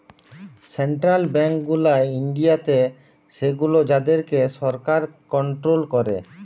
central bank গুলা ইন্ডিয়াতে সেগুলো যাদের কে সরকার কন্ট্রোল করে